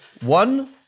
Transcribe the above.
one